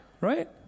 right